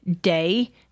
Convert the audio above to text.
day